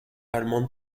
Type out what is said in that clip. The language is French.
allemande